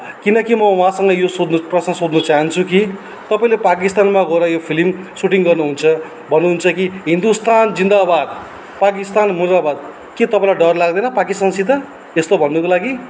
किनकि म उहाँसँग यो सोध्नु प्रश्न सोध्नु चाहन्छु कि तपाईँले पाकिस्तानमा गएर यो फिल्म सुटिङ गर्नुहुन्छ भन्नुहुन्छ कि हिन्दूस्तान जिन्दाबाद पाकिस्तान मुर्दाबाद के तपाईँलाई डर लाग्दैन पाकिस्तानसित यस्तो भन्नुको लागि